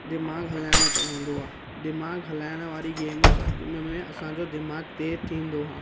दिमाग़ु हलाइणो पवंदो आहे दिमाग़ु हलाइणु वारी गेम्स जंहिंमें असांजो दिमाग़ु तेज़ु थींदो आहे